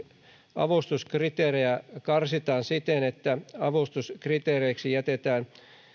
avustuskriteerejä karsitaan siten että avustuskriteereiksi jätetään